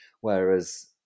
whereas